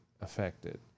affected